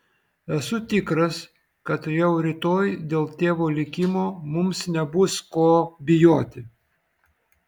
esu tikras kad jau rytoj dėl tėvo likimo mums nebus ko bijoti